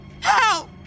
Help